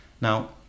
Now